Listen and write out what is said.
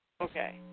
Okay